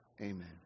Amen